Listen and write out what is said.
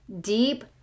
deep